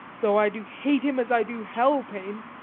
though i do hate him as i do hell pains,